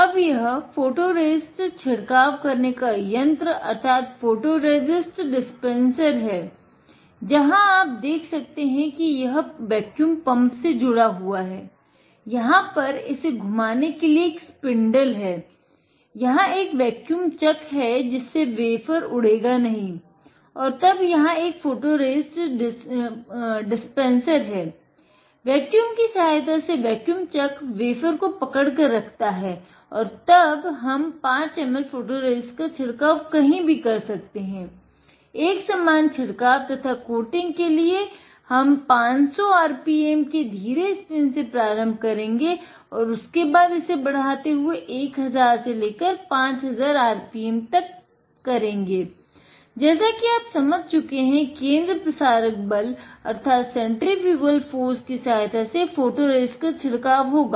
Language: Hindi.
अब यह फोटोरेसिस्ट छिडकाव करने का यंत्र अर्थात फोटोरेसिस्ट डिस्पेंसर का छिडकाव होगा